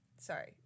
Sorry